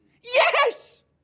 yes